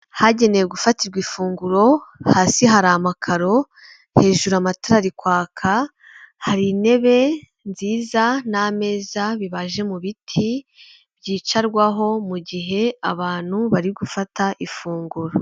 Hagenewe gufatirwa ifunguro, hasi hari amakaro hejuru amatara ari kwaka hari intebe nziza n'ameza bibaje mu biti byicarwaho mu gihe abantu bari gufata ifunguro.